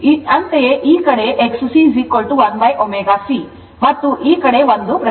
ಅಂತೆಯೇ ಈ ಕಡೆ XC 1ω C ಈ ಕಡೆ ω ಮತ್ತು ಈ ಕಡೆ ಒಂದು ಪ್ರತಿರೋಧ